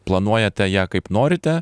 planuojate ją kaip norite